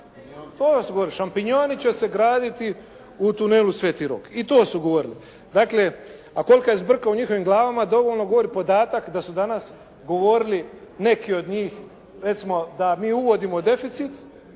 To su govorili. Šampinjoni će se graditi u tunelu Sveti Rok. I to su govorili. Dakle, a kolika je zbrka u njihovim glavama dovoljno govori podatak da su danas govorili neki od njih recimo da mi uvodimo deficit